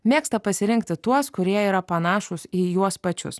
mėgsta pasirinkti tuos kurie yra panašūs į juos pačius